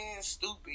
stupid